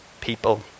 people